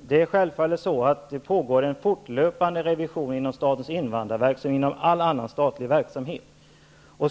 Det pågår självfallet en fortlöpande revision inom statens invandrarverk liksom inom all annan statlig verksamhet.